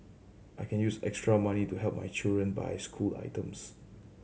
I can use extra money to help my children buy school items